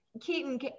Keaton